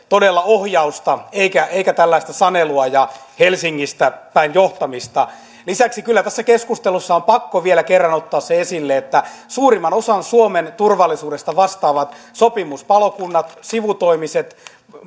todella ohjausta eikä eikä tällaista sanelua ja helsingistä päin johtamista lisäksi tässä keskustelussa on kyllä pakko vielä kerran ottaa se esille että suurimmasta osasta suomen turvallisuudesta vastaavat sopimuspalokunnat sivutoimiset